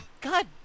God